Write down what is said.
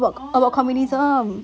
oh